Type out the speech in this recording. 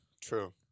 True